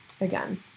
again